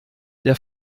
der